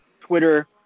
Twitter